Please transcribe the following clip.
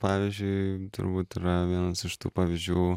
pavyzdžiui turbūt yra vienas iš tų pavyzdžių